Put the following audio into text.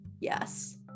Yes